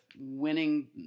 winning